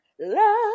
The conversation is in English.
love